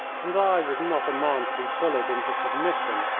and that i was not a man to be bullied into submission.